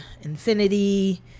Infinity